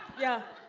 yeah.